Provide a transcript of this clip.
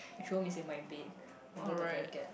Jerome is in my bed under the blanket